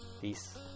Peace